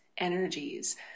energies